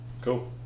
Cool